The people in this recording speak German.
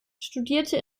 studierte